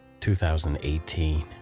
2018